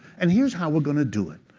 and here's how we're going to do it.